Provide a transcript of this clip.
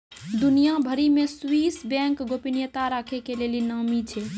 दुनिया भरि मे स्वीश बैंक गोपनीयता राखै के लेली नामी छै